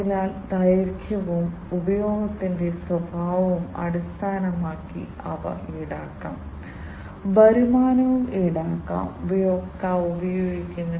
അതിനാൽ സാധാരണയായി ജല വ്യവസായങ്ങൾ എണ്ണ വ്യവസായങ്ങൾ വൈദ്യുതി ഉൽപാദന വ്യവസായങ്ങൾ അവയെല്ലാം SCADA അടിസ്ഥാനമാക്കിയുള്ള സംവിധാനങ്ങൾ ഉപയോഗിക്കുന്നു